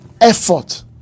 effort